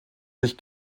sich